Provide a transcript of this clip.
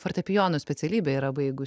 fortepijono specialybę yra baigus